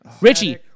Richie